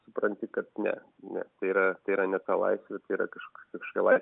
supranti kad ne ne tai yra tai yra ne ta laisvė tai yra kaž kažkokia laisvė